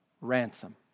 ransom